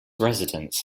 residents